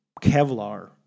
Kevlar